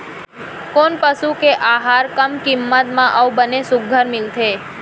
कोन पसु के आहार कम किम्मत म अऊ बने सुघ्घर मिलथे?